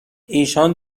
ایشان